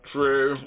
True